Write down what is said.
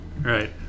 Right